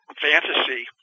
fantasy